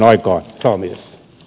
arvoisa puhemies